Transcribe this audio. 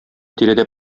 тирәдә